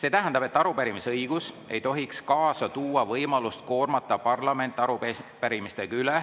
See tähendab, et arupärimise õigus ei tohiks kaasa tuua võimalust koormata parlament arupärimistega üle